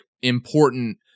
important